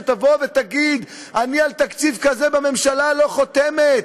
שתבוא ותגיד: אני על תקציב כזה בממשלה לא חותמת